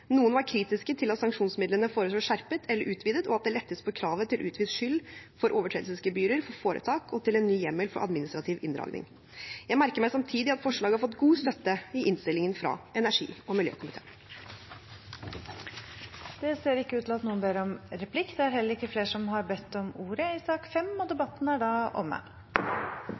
Noen var kritiske til at sanksjonsmidlene foreslås skjerpet eller utvidet, at det lettes på kravet til utvist skyld, til overtredelsesgebyrer for foretak og til en ny hjemmel for administrativ inndragning. Jeg merker meg samtidig at forslaget har fått god støtte i innstillingen fra energi- og miljøkomiteen. Flere har ikke bedt om ordet til sak nr. 5. Etter ønske fra energi- og miljøkomiteen vil presidenten ordne debatten slik: 3 minutter til hver partigruppe og